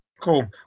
Cool